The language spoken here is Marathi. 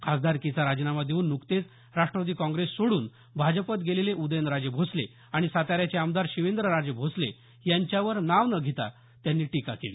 खासदारकीचा राजीनामा देऊन नुकतेच राष्ट्रवादी काँग्रेस सोडून भाजपत गेलेले उदयनराजे भोसले आणि साताऱ्याचे आमदार शिवेंद्रराजे भोसले यांच्यावर नाव न घेता टिका केली